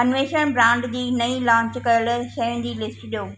अन्वेषण ब्रांड जी नई लांच कयल शयुनि जी लिस्ट ॾियो